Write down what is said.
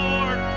Lord